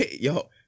yo